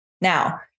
Now